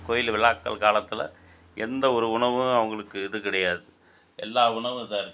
கோயிலில் விழாக்கள் காலத்தில் எந்த ஒரு உணவும் அவங்குளுக்கு இது கிடையாது எல்லா உணவும் இதாக இருக்